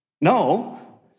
No